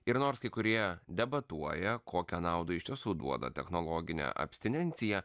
ir nors kai kurie debatuoja kokią naudą iš tiesų duoda technologinė abstinencija